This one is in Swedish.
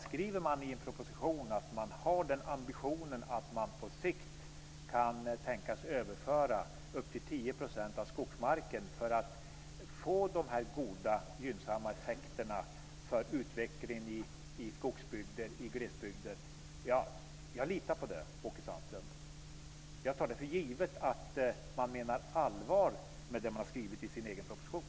Skriver man i en proposition att man har ambitionen att på sikt överföra upp till 10 % av skogsmarken för att få goda och gynnsamma effekter i skogsbygder och glesbygder litar jag på det. Jag tar för givet att man menar allvar med det man har skrivit i sin egen proposition.